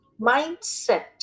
Mindset